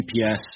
GPS